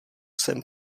jsem